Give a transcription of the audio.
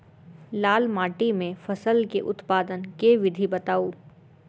लाल माटि मे फसल केँ उत्पादन केँ विधि बताऊ?